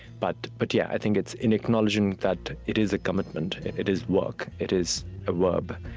but but yeah, i think it's in acknowledging that it is a commitment. it it is work. it is a verb.